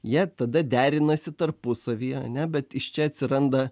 jie tada derinasi tarpusavyje ane bet iš čia atsiranda